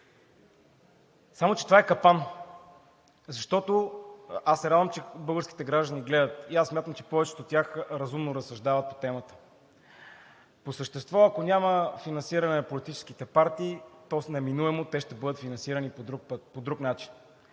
Само че това е капан, защото – аз се радвам, че българските граждани гледат и смятам, че повечето от тях разумно разсъждават по темата – по същество, ако няма финансиране на политическите партии, то неминуемо ще бъдат финансирани по друг начин.